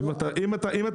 אם אתה